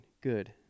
Good